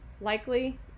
Likely